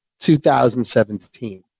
2017